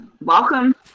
welcome